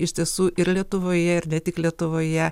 iš tiesų ir lietuvoje ir ne tik lietuvoje